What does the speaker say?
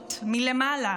ומנהיגות מלמעלה,